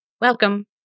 Welcome